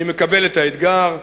אני מקבל את האתגר,